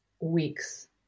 weeks